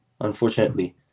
unfortunately